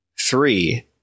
three